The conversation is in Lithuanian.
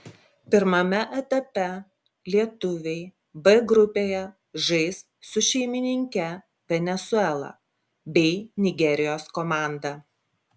pirmame etape lietuviai b grupėje žais su šeimininke venesuela bei nigerijos komanda